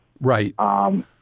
Right